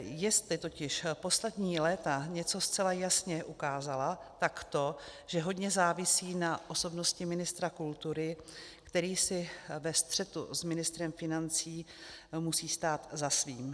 Jestli totiž poslední léta něco zcela jasně ukázala, tak to, že hodně závisí na osobnosti ministra kultury, který si ve střetu s ministrem financí musí stát za svým.